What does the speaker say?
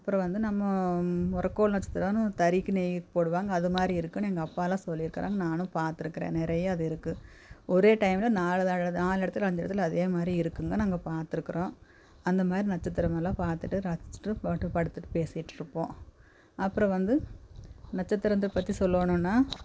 அப்புறம் வந்து நம்ம ஒரு கூல் நட்சத்திரன்னு தறிக்கு நெய்கிறக்கு போடுவாங்க அது மாதிரி இருக்குதுனு எங்கே அப்போலாம் சொல்லியிருக்குறாங்க நானும் பார்த்துருக்குறேன் நிறையா அது இருக்குது ஒரே டைமில் நாலு நாலு இடத்துல அஞ்சு இடத்துல அதே மாதிரி இருக்குதுங்க நாங்க பார்த்துருக்குறோம் அந்த மாதிரி நட்சத்திரமெல்லாம் பார்த்துட்டு ரசித்துட்டு போட்டு படுத்துட்டு பேசிகிட்டு இருப்போம் அப்புறம் வந்து நட்சத்திரத்தை பற்றி சொல்லணுனா